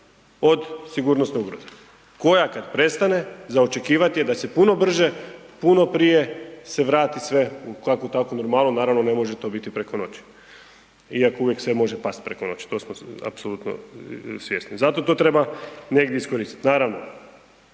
od sigurnosne ugroze, koja kada prestane za očekivati je da se puno brže, puno prije se vrati sve u kakvu takvu normalnu, naravno ne može to biti preko noći, iako uvijek sve može past preko noći, toga smo apsolutno svjesni i zato to treba negdje iskoristiti.